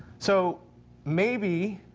so maybe